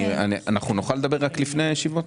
אנחנו נוכל לדבר לפני הישיבות?